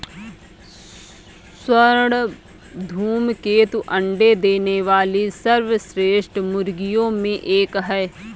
स्वर्ण धूमकेतु अंडे देने वाली सर्वश्रेष्ठ मुर्गियों में एक है